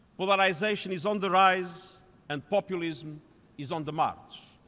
polarization is on the rise and populism is on the march.